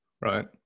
right